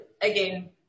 again